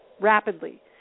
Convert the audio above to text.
rapidly